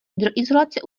hydroizolace